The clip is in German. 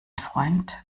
freund